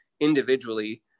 individually